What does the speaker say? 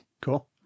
Cool